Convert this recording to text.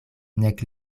nek